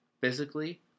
physically